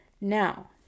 Now